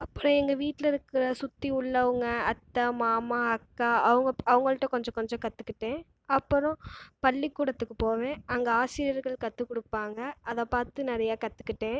அப்புறம் எங்கள் வீட்டில் இருக்குகிற சுற்றி உள்ளவங்க அத்தை மாமா அக்கா அவங்க அவங்கள்ட்ட கொஞ்சம் கொஞ்சம் கற்றுக்கிட்டேன் அப்புறம் பள்ளிக்கூடத்துக்கு போவேன் அங்கே ஆசிரியர்கள் கத்துக்கொடுப்பாங்க அதை பார்த்து நிறையா கற்றுக்கிட்டேன்